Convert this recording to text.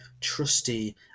trusty